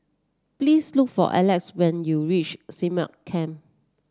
please look for Alec when you reach Stagmont Camp